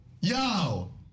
Yo